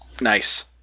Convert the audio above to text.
Nice